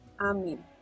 Amen